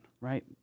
Right